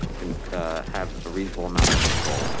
can have ah reasonable amounts of control.